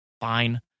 fine